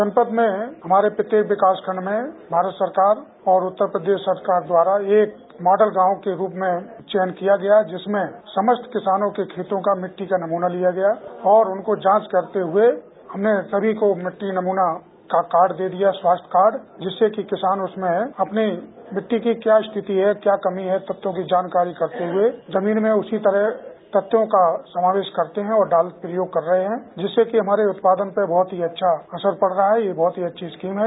जनपद में हमारे प्रत्येक विकासखण्ड में भारत सरकार और उत्तर प्रदेश सरकार द्वारा एक मॉडल गांव के रूप में चयन किया गया जिसमें समस्त किसानों के खेतों के मिट्टी का नमूना लिया गया और उन्हें जांच करते हुए हमने सभी को मिट्टी नमूना कार्ड दे दिया स्वास्थ्य कार्ड जिससे कि किसान उसमें अपने मिट्टी की क्या स्थिति है क्या कमी है तत्वों की जानकारी करते हुए जमीन में उसी तत्वों का समावेश करते हैं और प्रयोग कर रहे हैं जिससे कि हमारे उत्पादन पर बहत अच्छा असर पड़ रहा है ये बहुत ही अच्छी स्कीम है